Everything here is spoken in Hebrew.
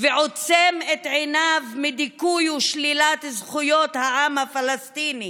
ועוצם את עיניו מול דיכוי ושלילת זכויות העם הפלסטיני